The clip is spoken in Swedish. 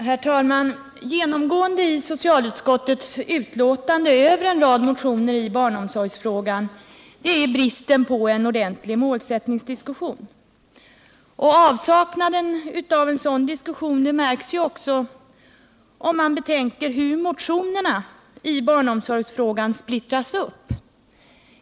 Herr talman! Genomgående i socialutskottets betänkande med anledning av en rad motioner i barnomsorgsfrågan är bristen på en ordentlig målsättningsdiskussion. Avsaknaden av en sådan diskussion märks också om man betänker hur motionerna i barnomsorgsfrågan splittras upp.